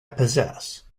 possess